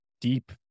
deep